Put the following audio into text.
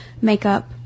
makeup